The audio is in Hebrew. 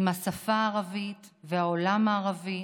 עם השפה הערבית והעולם הערבי,